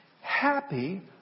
Happy